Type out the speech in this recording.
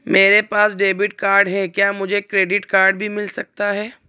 मेरे पास debit card है क्या मुझे क्रेडिट कार्ड भी मिल सकता है?